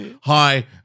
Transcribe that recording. hi